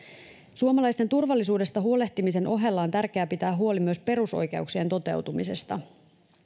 suomalaisten turvallisuudesta huolehtimisen ohella on tärkeää pitää huoli myös perusoikeuksien toteutumisesta